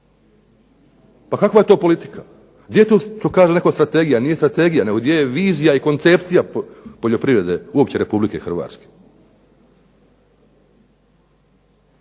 Pa kakva je to politika? Gdje je tu što netko kaže strategija? Nije strategija, nego gdje je vizija i koncepcija poljoprivrede uopće Republike Hrvatske?